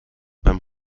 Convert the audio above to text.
beim